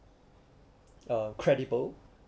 uh credible